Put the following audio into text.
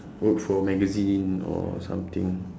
work for magazine or something